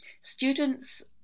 Students